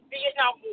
Vietnam